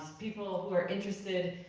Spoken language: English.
people were interested,